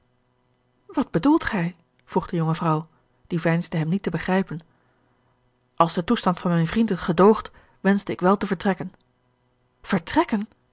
wat bedoelt gij vroeg de jonge vrouw die veinsde hem niet te begrijpen als de toestand van mijn vriend het gedoogt wenschte ik wel te vertrekken vertrekken